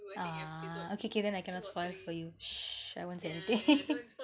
ah okay K then I cannot spoil for you I won't say anything